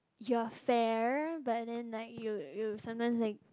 your fair but then like you you sometimes like